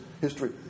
history